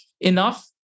enough